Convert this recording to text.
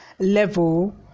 level